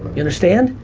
you understand?